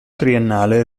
triennale